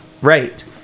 Right